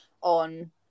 on